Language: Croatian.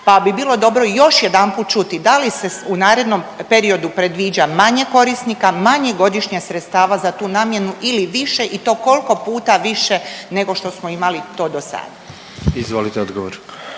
pa bi bilo još jedanput čuti da li se u narednom periodu predviđa manje korisnika, manje godišnjih sredstava za tu namjenu ili više i to kolko puta više nego što smo imali to do sad? **Jandroković,